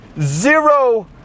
zero